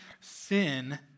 sin